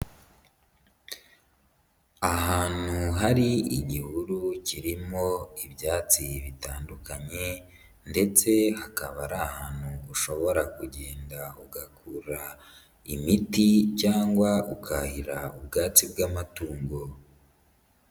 Ahantu hari igihuru kirimo ibyatsi bitandukanye ndetse hakaba ari ahantu ushobora kugenda ugakura imiti cyangwa ukahira ubwatsi bw'amatungo.